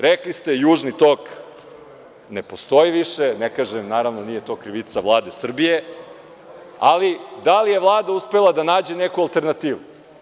Rekli ste, Južni tok, ne postoji više, ne kažem, naravno, nije to krivica Vlade Srbije, ali da li je Vlada uspela da nađe neku alternativu?